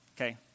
Okay